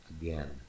again